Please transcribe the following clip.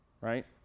right